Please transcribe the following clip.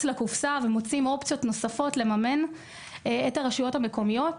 לקופסה ומוצאים אופציות נוספות לממן את הרשויות המקומיות.